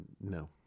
No